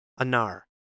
Anar